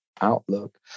outlook